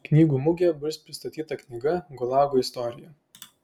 knygų mugėje bus pristatyta knyga gulago istorija